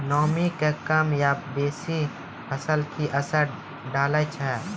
नामी के कम या बेसी फसल पर की असर डाले छै?